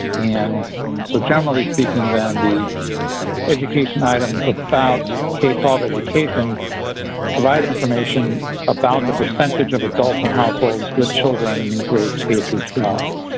and so generally speaking then, the education items about k twelve education provide information about the percentage of adults in households with children in grades k twelve.